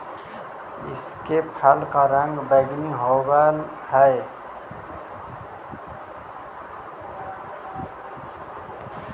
इसके फल का रंग बैंगनी होवअ हई